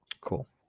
cool